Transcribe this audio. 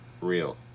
real